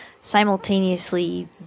simultaneously